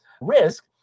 risk